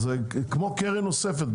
זה כמו קרן נוספת.